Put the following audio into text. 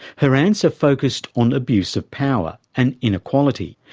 her answer focussed on abuse of power and inequality.